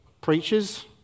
preachers